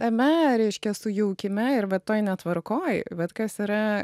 tame reiškia sujaukime ir va toj netvarkoj vat kas yra